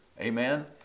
Amen